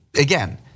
again